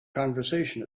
conversation